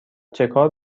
چکار